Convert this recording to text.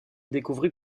découvrit